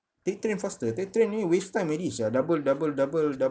take train faster take train only waste time already sia double double double